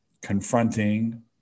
confronting